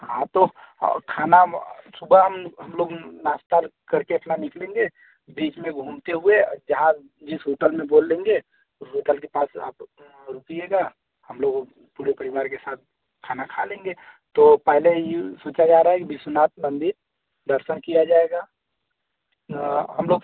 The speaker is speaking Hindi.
हाँ तो खाना सुबह हम हम लोग नाश्ता करके अपना निकलेंगे बीच में घूमते हुए जहाँ जिस होटर में बोल लेंगे उस होटल के पास आकर के रुकिएगा हम पूरे परिवार के साथ खाना खा लेंगे तो तो पहले सोचा जा रहा है कि विश्वनाथ मंदिर दर्शन किया जाएगा हम लोग